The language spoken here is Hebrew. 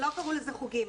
לא קראו לזה חוגים.